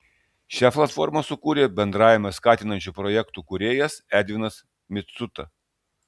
šią platformą sukūrė bendravimą skatinančių projektų kūrėjas edvinas micuta